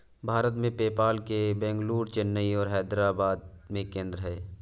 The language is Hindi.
भारत में, पेपाल के बेंगलुरु, चेन्नई और हैदराबाद में केंद्र हैं